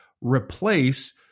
replace